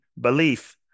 belief